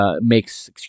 makes